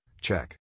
check